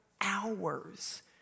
hours